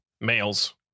Males